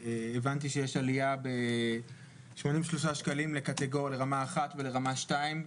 הבנתי שיש עלייה ב-83 שקלים לרמה 1 ולרמה 2,